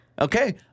Okay